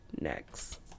next